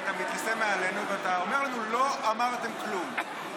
אתה כיסא מעלינו ואתה אומר לנו: לא אמרתם כלום.